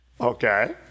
Okay